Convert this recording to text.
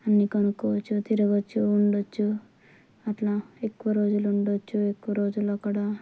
అన్నీ కొనుక్కోవచ్చు తిరగవచ్చు ఉండవచ్చు అట్లా ఎక్కువ రోజులు ఉండవచ్చు ఎక్కువ రోజులు అక్కడ